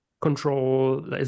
control